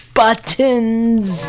buttons